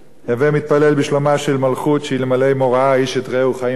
"הווי מתפלל בשלומה של מלכות שאלמלא מוראה איש את רעהו חיים בלעו".